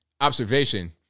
observation